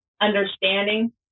understanding